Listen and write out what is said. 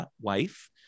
wife